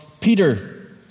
Peter